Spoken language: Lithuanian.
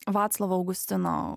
vaclovo augustino